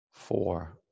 Four